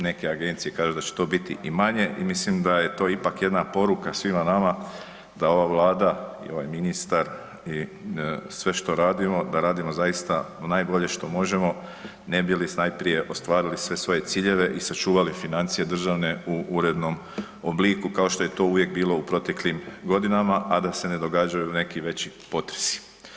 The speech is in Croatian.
Neke agencije kažu da će to biti i manje i mislim da je to ipak jedna poruka svima nama da ova Vlada i ovaj ministar i sve što radimo, da radimo zaista najbolje što možemo ne bi li najprije ostvarili sve svoje ciljeve i sačuvali financije državne u urednom obliku, kao što je to uvijek bilo u proteklim godinama, a da se ne događaju neki veći potresi.